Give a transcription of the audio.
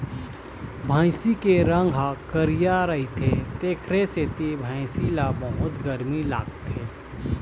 भइसी के रंग ह करिया रहिथे तेखरे सेती भइसी ल बहुत गरमी लागथे